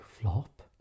Flop